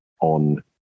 on